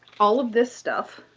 all of this stuff.